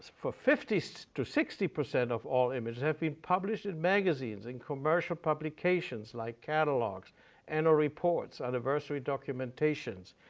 for fifty percent so to sixty percent of all images have been published in magazines, in commercial publications like catalogues and or reports, anniversary documentations,